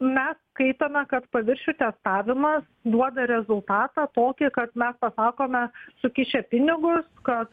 mes skaitome kad paviršių testavimas duoda rezultatą tokį kad mes pasakome sukišę pinigo kad